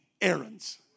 errands